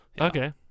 Okay